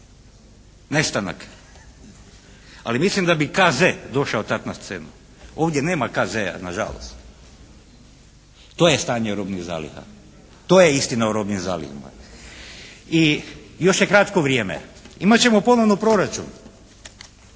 Nestanak. Ali mislim da bi KZ došao tad na scenu. Ovdje nema KZ-a nažalost. To je stanje robnih zaliha. To je istina o robnim zalihama. I još je kratko vrijeme. Imat ćemo ponovno proračun.